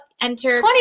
enter